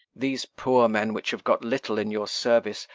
these poor men which have got little in your service,